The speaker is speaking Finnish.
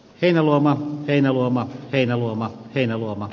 heinäluoma heinäluoma heinäluoma heinäluoma